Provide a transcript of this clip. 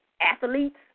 athletes